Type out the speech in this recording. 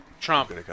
Trump